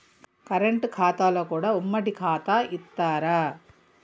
Current ఖాతాలో కూడా ఉమ్మడి ఖాతా ఇత్తరా?